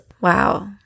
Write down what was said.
wow